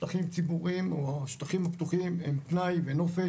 שטחים ציבוריים או השטחים הפתוחים הם תנאי ונופש